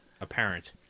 apparent